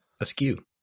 askew